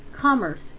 commerce